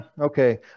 okay